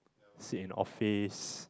sit in office